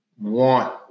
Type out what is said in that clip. want